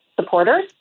supporters